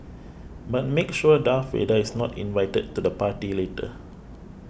but make sure Darth Vader is not invited to the party later